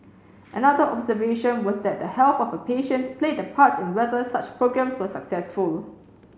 another observation was that the health of a patient played a part in whether such programs were successful